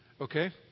Okay